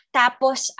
tapos